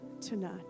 tonight